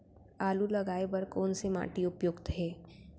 आलू लगाय बर कोन से माटी उपयुक्त हे?